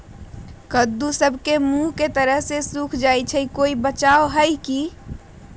कददु सब के मुँह के तरह से सुख जाले कोई बचाव है का?